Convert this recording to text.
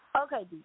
Okay